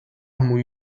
mój